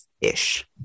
ish